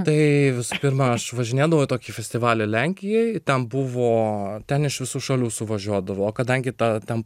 tai visų pirma aš važinėdavau į tokį festivalį lenkijoje tam buvo ten iš visų šalių suvažiuodavo o kadangi tą ten